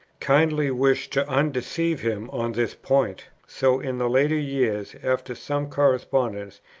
kindly wished to undeceive him on this point. so, in the latter year, after some correspondence,